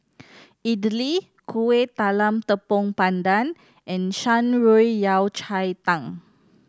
idly Kueh Talam Tepong Pandan and Shan Rui Yao Cai Tang